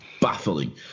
baffling